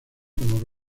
como